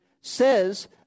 says